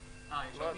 אירוע,